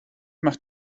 mach